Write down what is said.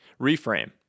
Reframe